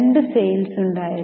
രണ്ട് സെയിൽസ് ഉണ്ടായിരുന്നു